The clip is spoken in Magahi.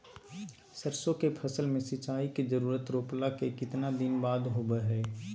सरसों के फसल में सिंचाई के जरूरत रोपला के कितना दिन बाद होबो हय?